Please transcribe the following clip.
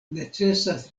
necesas